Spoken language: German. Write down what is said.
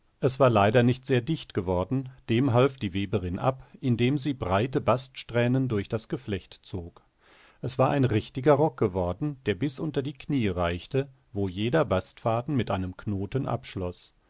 es war leider nicht sehr dicht geworden dem half die weberin ab indem sie breite baststrähnen durch das geflecht zog es war ein richtiger rock geworden der bis unter die knie reichte wo jeder bastfaden mit einem knoten abschloß